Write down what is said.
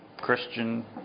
Christian